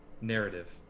narrative